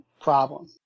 problem